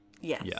yes